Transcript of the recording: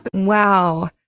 wow.